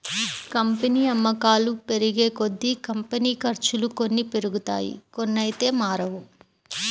company అమ్మకాలు పెరిగేకొద్దీ, company ఖర్చులు కొన్ని పెరుగుతాయి కొన్నైతే మారవు